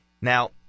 Now